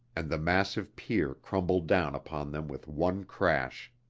and the massive pier crumbled down upon them with one crash.